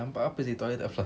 nampak apa seh toilet tak flush